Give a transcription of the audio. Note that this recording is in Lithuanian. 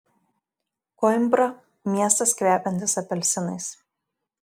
koimbra miestas kvepiantis apelsinais